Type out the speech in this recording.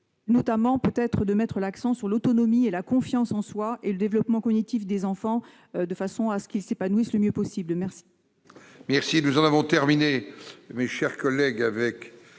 faudra peut-être mettre l'accent sur l'autonomie, la confiance en soi et le développement cognitif des enfants, de façon qu'ils s'épanouissent le mieux possible. Nous